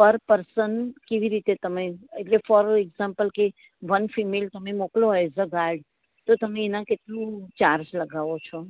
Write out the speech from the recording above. પર પર્સન કેવી રીતે તમે એટલે ફોર એકઝામ્પલ કે વન ફિમેલ તમે મોકલો એઝ ગાર્ડ તો તમે એના કેટલું ચાર્જ લગાવો છો